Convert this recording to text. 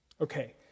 Okay